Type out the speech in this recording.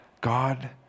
God